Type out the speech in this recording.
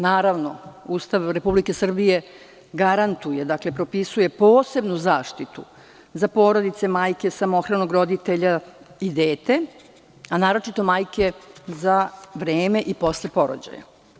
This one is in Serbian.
Naravno, Ustav Republike Srbije garantuje, odnosno propisuje posebnu zaštitu za porodice, majke, samohranog roditelja i dete, a naročito majke za vreme i posle porođaja.